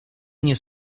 nie